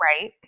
Right